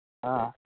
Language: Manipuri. ꯑꯥ